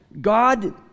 God